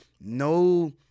no